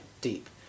deep